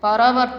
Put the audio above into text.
ପରବର୍ତ୍ତୀ